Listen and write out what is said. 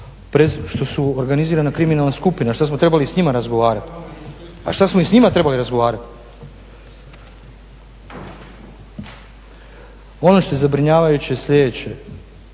što su organizirana kriminalna skupina. Šta smo trebali s njima razgovarati? A šta smo i s njima trebali razgovarati? Ono što je zabrinjavajuće je sljedeće